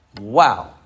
Wow